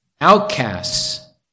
Outcasts